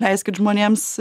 leiskit žmonėms